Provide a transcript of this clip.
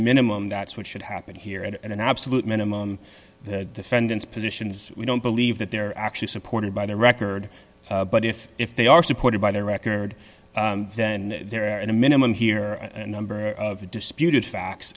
minimum that's what should happen here and an absolute minimum defendant's positions we don't believe that they're actually supported by the record but if if they are supported by their record then they're at a minimum here at a number of disputed facts